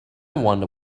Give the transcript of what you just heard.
wonder